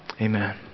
Amen